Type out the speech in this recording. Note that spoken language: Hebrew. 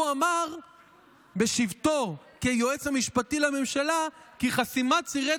הוא אמר בשבתו כיועץ המשפטי לממשלה כי חסימת צירי